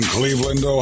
Cleveland